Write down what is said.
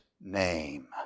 name